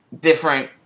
different